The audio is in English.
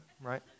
right